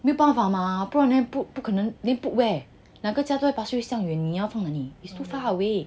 没办法吗不让你不可能 then put where 那个回家在 pasir ris 这样远你要放哪里